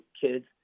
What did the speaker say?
kids